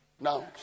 Now